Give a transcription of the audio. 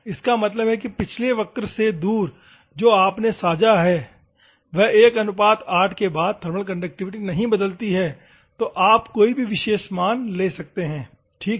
इसका मतलब है कि पिछले वक्र से दूर जो आपने समझा हैं वह 18 के बाद थर्मल कंडक्टिविटी नहीं बदलती है तो आप कोई भी विशेष मान ले सकते हैं ठीक है